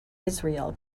israel